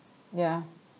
yeah